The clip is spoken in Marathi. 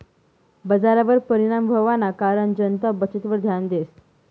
बजारवर परिणाम व्हवाना कारण जनता बचतवर ध्यान देस